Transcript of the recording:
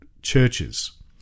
Churches